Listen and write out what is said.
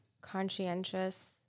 conscientious